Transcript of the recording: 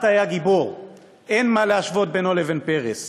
היה גיבור; אין מה להשוות בינו לבין פרס.